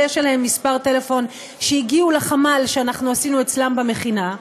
אבל יש עליהם מספרי טלפון שהגיעו לחמ"ל שאנחנו עשינו אצלם במכינה.